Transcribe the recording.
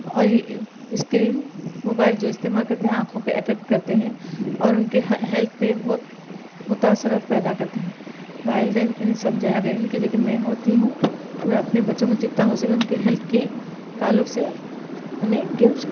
اور screen mobile جو استعمال کرتے ہیں آنکھوں پہ افیکٹ کرتے ہیں اور اُن کے ہے ہیلتھ پہ بہت اثرات پیدا کرتے ہیں والدین اِن سمجھائیں گا اِن کی جگہ میں ہوتی ہوں تو میں اپنے بچوں کو جتنا ہو سکے اُن کے ہیلتھ کے تعلق سے اُنہیں گیمز